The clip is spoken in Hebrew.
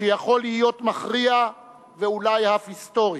שיכול להיות מכריע ואולי אף היסטורי,